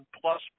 Plus